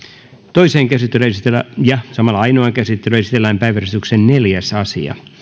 toiseen käsittelyyn ja ainoaan käsittelyyn esitellään päiväjärjestyksen neljäs asia